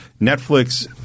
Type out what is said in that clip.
Netflix